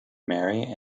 mary